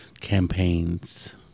campaigns